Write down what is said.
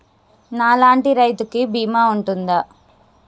నా లాంటి రైతు కి బీమా ఉంటుందా?